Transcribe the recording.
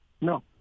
No